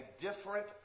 different